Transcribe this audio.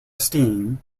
esteem